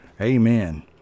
Amen